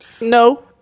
No